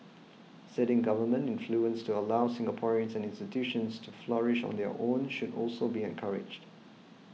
ceding government influence to allow Singaporeans and institutions to flourish on their own should also be encouraged